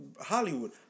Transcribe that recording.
Hollywood